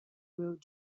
road